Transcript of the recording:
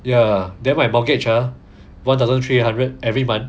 ya then my mortgage !huh! one thousand three hundred every month